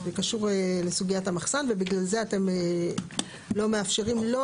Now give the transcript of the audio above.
זה קשור לסוגיית המחסן ובגלל זה אתם לא מאפשרים לו